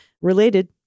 related